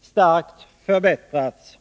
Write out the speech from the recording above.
starkt förbättrats.